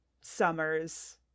summers